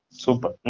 Super. (